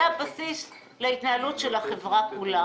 שזה הרי הבסיס להתנהלות החברה כולה.